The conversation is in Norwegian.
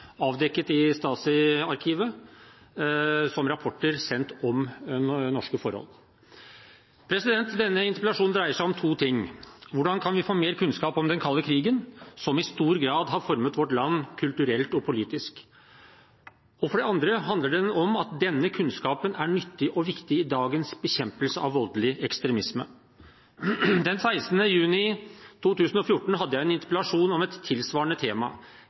avdekket i Stasi-arkivet som rapporter sendt om norske forhold. Denne interpellasjonen dreier seg om to ting. Først: Hvordan kan vi få mer kunnskap om den kalde krigen, som i stor grad har formet vårt land kulturelt og politisk? For det andre handler den om at denne kunnskapen er nyttig og viktig i dagens bekjempelse av voldelig ekstremisme. Den 16. juni 2014 hadde jeg en interpellasjon om et tilsvarende tema.